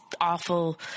awful